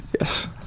Yes